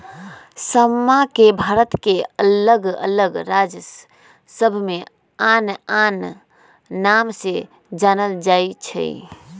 समा के भारत के अल्लग अल्लग राज सभमें आन आन नाम से जानल जाइ छइ